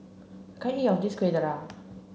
I can't eat all of this Kueh Dadar